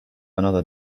another